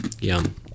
Yum